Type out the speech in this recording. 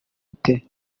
ute